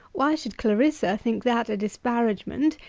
why should clarissa think that a disparagement,